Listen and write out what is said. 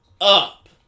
up